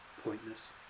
pointless